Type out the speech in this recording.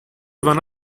one